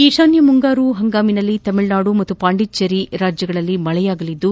ಈಶಾನ್ಯ ಮುಂಗಾರು ಹಂಗಾಮಿನಲ್ಲಿ ತಮಿಳುನಾಡು ಮತ್ತು ಪಾಂಡಿಚೇರಿ ಭಾಗದಲ್ಲಿ ಮಳೆಯಾಗಲಿದ್ದು